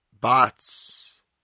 bots